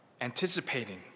anticipating